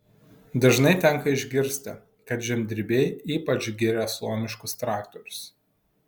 dažnai tenka išgirsti kad žemdirbiai ypač giria suomiškus traktorius